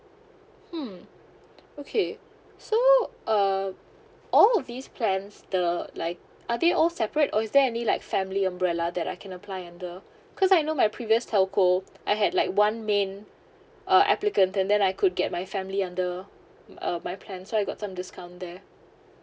hmm okay so uh all these plans the like are they all separate or is there any like family umbrella that I can apply under cause I know my previous telco I had like one main uh applicant and then I could get my family under uh my plan so I got some discount there